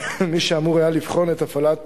מי שהיה אמור לבחון את הפעלת